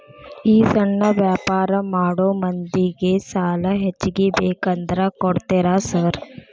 ಈ ಸಣ್ಣ ವ್ಯಾಪಾರ ಮಾಡೋ ಮಂದಿಗೆ ಸಾಲ ಹೆಚ್ಚಿಗಿ ಬೇಕಂದ್ರ ಕೊಡ್ತೇರಾ ಸಾರ್?